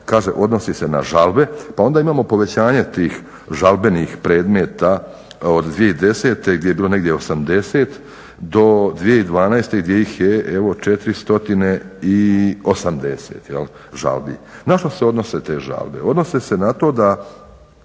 Kaže odnosi se na žalbe, pa onda imamo povećanje tih žalbenih predmeta od 2010.gdje je bilo negdje 80 do 2012.gdje ih je 480 žalbi. Na što se odnose te žalbe? Odnose se na to da